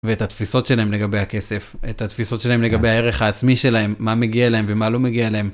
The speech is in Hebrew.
ואת התפיסות שלהם לגבי הכסף, את התפיסות שלהם לגבי הערך העצמי שלהם, מה מגיע להם ומה לא מגיע להם.